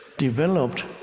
developed